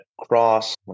Cross